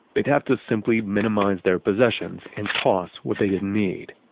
they'd have to simply minimize their possessions and toss what they didn't need.